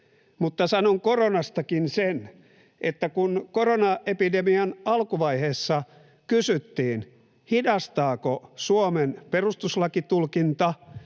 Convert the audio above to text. Mutta sanon koronastakin sen, että kun koronaepidemian alkuvaiheessa kysyttiin, hidastaako Suomen perustuslakitulkinta